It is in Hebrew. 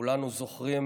כולנו זוכרים